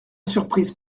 surprise